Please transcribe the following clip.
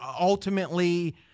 ultimately